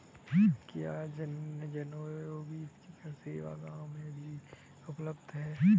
क्या जनोपयोगी सेवा गाँव में भी उपलब्ध है?